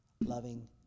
loving